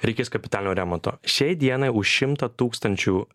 reikės kapitalinio remonto šiai dienai už šimtą tūkstančių